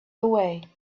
away